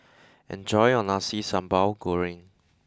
enjoy your Nasi Sambal Goreng